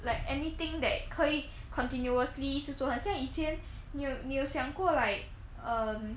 like anything that 可以 continuously 一直做很像以前你有你有想过 like um